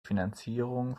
finanzierung